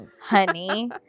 honey